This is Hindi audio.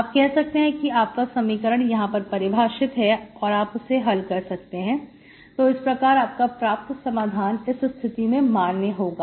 आप कह सकते हैं कि आपका समीकरण यहां पर परिभाषित है और आप उसे हल कर सकते हैं तो इस प्रकार आपका प्राप्त समाधान इस स्थिति में मान्य होगा